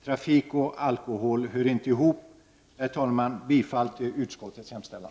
Trafik och alkohol hör inte ihop. Herr talman! Jag yrkar bifall till utskottets hemställan.